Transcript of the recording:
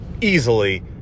easily